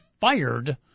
fired